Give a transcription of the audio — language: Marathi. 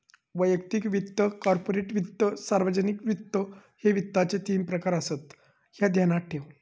वैयक्तिक वित्त, कॉर्पोरेट वित्त, सार्वजनिक वित्त, ह्ये वित्ताचे तीन प्रकार आसत, ह्या ध्यानात ठेव